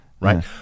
Right